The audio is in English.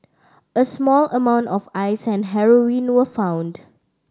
a small amount of Ice and heroin were found